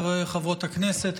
חברות הכנסת,